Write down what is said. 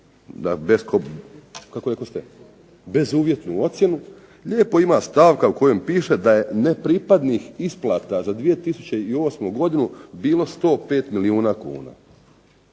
bezuvjetnu ocjenu, lijepo ima stavka u kojem piše da je nepripadnih isplata za 2008. godinu bilo 105 milijuna kuna.